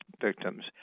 victims